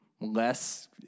less